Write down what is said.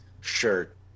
shirt